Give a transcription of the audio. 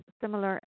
similar